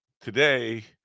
today